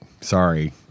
sorry